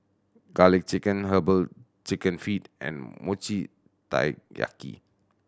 Garlic Chicken Herbal Chicken Feet and Mochi Taiyaki